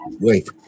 Wait